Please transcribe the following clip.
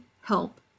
help